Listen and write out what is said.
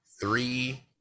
three